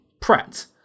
Pratt